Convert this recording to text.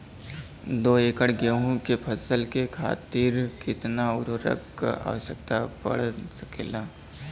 दो एकड़ गेहूँ के फसल के खातीर कितना उर्वरक क आवश्यकता पड़ सकेल?